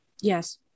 Yes